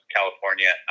California